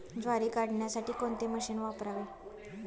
ज्वारी काढण्यासाठी कोणते मशीन वापरावे?